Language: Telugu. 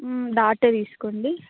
డాటే తీసుకోండి